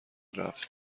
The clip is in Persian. رفت